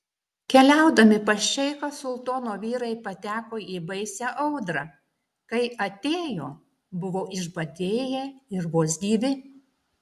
keliaudami pas šeichą sultono vyrai pateko į baisią audrą kai atėjo buvo išbadėję ir vos gyvi